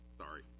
sorry